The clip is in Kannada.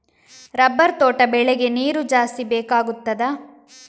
ರಬ್ಬರ್ ತೋಟ ಬೆಳೆಗೆ ನೀರು ಜಾಸ್ತಿ ಬೇಕಾಗುತ್ತದಾ?